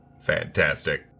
Fantastic